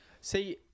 See